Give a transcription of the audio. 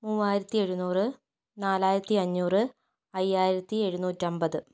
മൂവായിരത്തി എഴുനൂറ് നാലായിരത്തി അഞ്ഞൂറ് അയ്യായിരത്തി എഴുന്നൂറ്റി അൻപത്